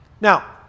now